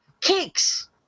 cakes